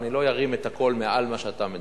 ואני לא ארים את הקול מעל מה שאתה מדבר.